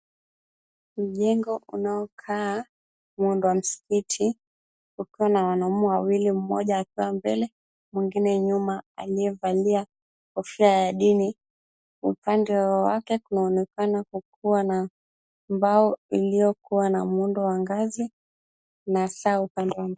Mjengo unaokaa muundo wa msikiti ukiwa na wanaume wawili, mmoja akiwa mbele mwingine nyuma aliyevalia kofia ya dini, upande wa wake kunaonekana kukuwa na mbao iliyokuwa na muundo wa ngazi na saa upande.